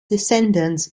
descendants